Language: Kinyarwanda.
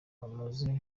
amaze